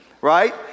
right